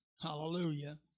Hallelujah